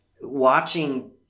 watching